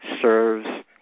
serves